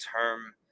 term